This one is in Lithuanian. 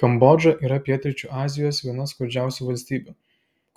kambodža yra pietryčių azijos viena skurdžiausių valstybių